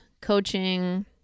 coaching